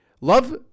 Love